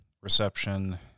reception